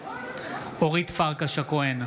אורית פרקש הכהן,